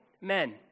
men